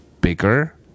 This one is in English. bigger